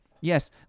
Yes